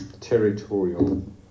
territorial